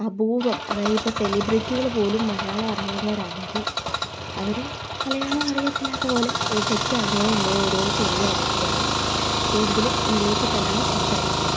അപൂർവ്വം അതായത് ഇപ്പോൾ സെലിബ്രറ്റികൾ പോലും മലയാളം അറിയാവുന്നവരാണെങ്കിൽ അവർ മലയാളം അറിയത്തില്ലാത്തത് പോലെ ഇടയ്ക്ക് അങ്ങോ ഇങ്ങോ ഒരോ ചെറിയ വാക്ക് പറയും കൂടുതലും ഇംഗ്ലീഷിൽ തന്നെയാണ് സംസാരിക്കുന്നത്